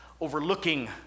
overlooking